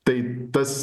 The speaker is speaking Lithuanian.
tai tas